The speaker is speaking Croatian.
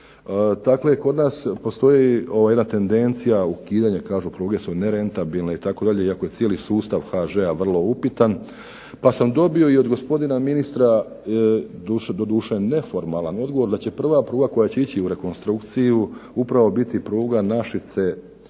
Dakle, kod nas postoji jedna tendencija, ukidanja, kažu pruge su nerentabilne, iako je cijeli sustav HŽ-a vrlo upitan, pa sam dobio od gospodina ministra doduše neformalan odgovor da će prva pruga koja će ići u rekonstrukciju upravo biti pruga Našice-Pleternica